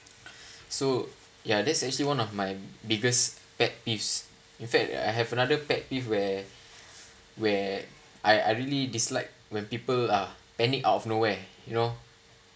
so ya that's actually one of my biggest pet peeves in fact I have another pet peeve where where I I really dislike when people are panic out of nowhere you know